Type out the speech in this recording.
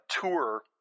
tour –